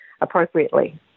appropriately